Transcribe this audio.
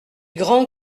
grand